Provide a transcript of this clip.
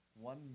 One